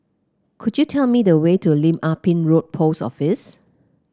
could you tell me the way to Lim Ah Pin Road Post Office